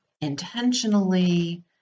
intentionally